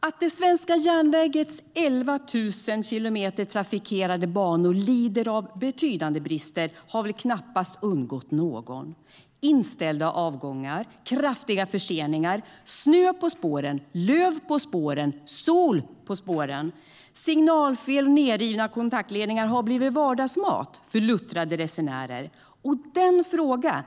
Att den svenska järnvägens 11 000 kilometer trafikerade banor lider av betydande brister har väl knappast undgått någon. Det handlar om inställda avgångar, kraftiga förseningar, snö på spåren, löv på spåren och sol på spåren. Signalfel och nedrivna kontaktledningar har blivit vardagsmat för luttrade resenärer. Herr talman!